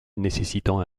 nécessitant